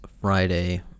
friday